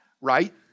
right